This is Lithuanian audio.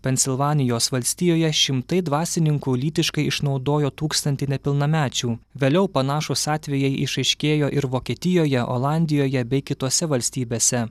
pensilvanijos valstijoje šimtai dvasininkų lytiškai išnaudojo tūkstantį nepilnamečių vėliau panašūs atvejai išaiškėjo ir vokietijoje olandijoje bei kitose valstybėse